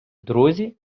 друзі